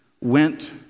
went